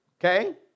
Okay